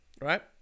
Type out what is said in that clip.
right